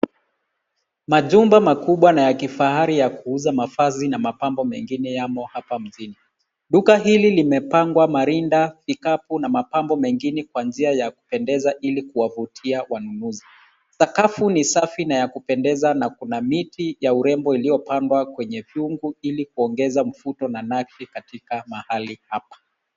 Majumba makubwa na ya kifahari ya kuuza mavazi na mapambo mengine yamo hapa mjini. Duka hili limepangwa marinda, vikapu na mapambo mengine kwa njia ya kupendeza ili kuwavutia wanunuzi. Sakafu ni safi na ya kupendeza na kuna miti ya urembo iliyopandwa kwenye viungu ili kuongeza mvuto na nafsi katika mahali hapa.